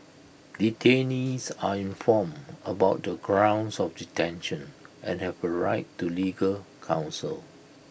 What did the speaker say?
detainees are informed about the grounds of detention and have A right to legal counsel